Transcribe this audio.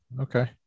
Okay